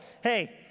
hey